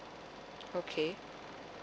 okay